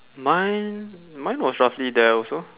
mine mine was roughly there also